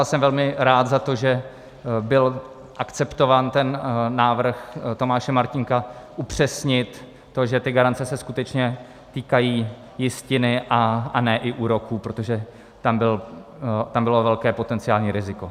Jsem velmi rád za to, že byl akceptován návrh Tomáše Martínka upřesnit to, že ty garance se skutečně týkají jistiny, a ne i úroků, protože tam bylo velké potenciální riziko.